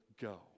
go